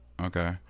Okay